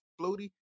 floaty